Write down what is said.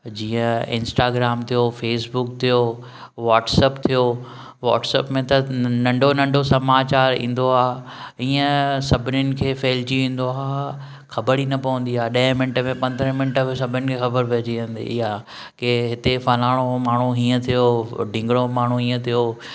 जीअं इंस्टाग्राम थियो फ़ेसबुक थियो वॉटसप थियो वॉटसैप में त नंढो नंढो समाचारु इंदो आहे ईअं सभिनिनि खे फहिलिजी वेंदो आहे ख़बर ई न पवंदी आहे ॾह मिंट में पंद्रहां मिंट में सभिनी खे ख़बर पेइजी वेंदी आहे कि हिते फ़लाणो माण्हू हीअं थियो डींगड़ो माण्हूं हीअं थियो